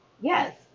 Yes